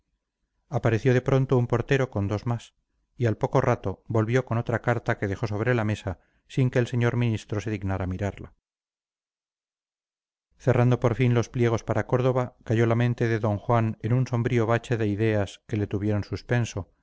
apareció de pronto un portero con dos más y al poco rato volvió con otra carta que dejó sobre la mesa sin que el señor ministro se dignara mirarla cerrando por fin los pliegos para córdoba cayó la mente de d juan en un sombrío bache de ideas que le tuvieron suspenso